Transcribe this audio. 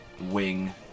wing